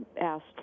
asked